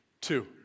Two